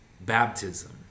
baptism